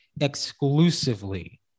exclusively